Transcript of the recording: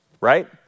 right